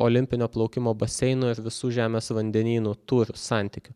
olimpinio plaukimo baseinu ir visų žemės vandenynų tūrių santykiu